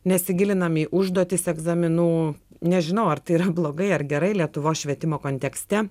nesigilinam į užduotis egzaminų nežinau ar tai yra blogai ar gerai lietuvos švietimo kontekste